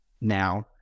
now